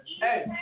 Hey